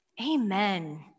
Amen